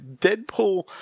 Deadpool